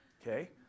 Okay